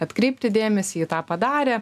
atkreipti dėmesį ji tą padarė